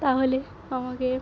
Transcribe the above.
তাহলে আমাকে